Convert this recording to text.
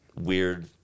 weird